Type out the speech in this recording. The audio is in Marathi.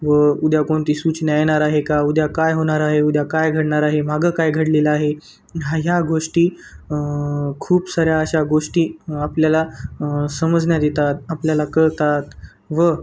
व उद्या कोणती सूचना येणार आहे का उद्या काय होणार आहे उद्या काय घडणार आहे मागं काय घडलेलं आहे हा ह्या गोष्टी खूप साऱ्या अशा गोष्टी आपल्याला समजण्यात येतात आपल्याला कळतात व